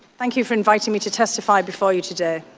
thank you for inviting me to testify before you today.